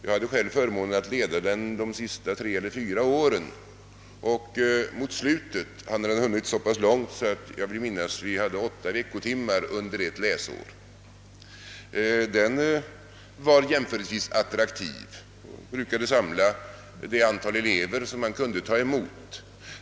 Jag hade själv förmånen att leda den de sista tre eller fyra åren. Mot slutet hade den utvecklats därhän att vi hade åtta veckotimmar vill jag minnas under ett läsår. Denna kurs var jämförelsevis attraktiv och brukade samla det antal elever som vi kunde ta emot.